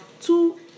two